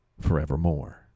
Forevermore